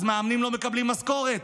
אז מאמנים לא מקבלים משכורת,